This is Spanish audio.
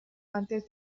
antes